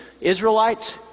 Israelites